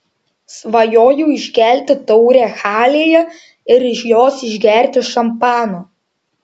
svajojau iškelti taurę halėje ir iš jos išgerti šampano